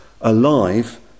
alive